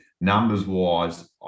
Numbers-wise